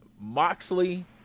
moxley